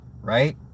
right